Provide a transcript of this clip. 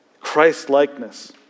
Christ-likeness